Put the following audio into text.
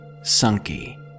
Sunky